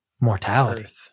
mortality